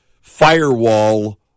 firewall